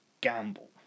gamble